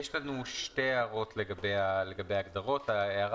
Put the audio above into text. יש לנו שתי הערות לגבי ההגדרות: הערה